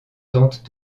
tentent